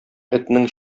этнең